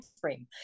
frame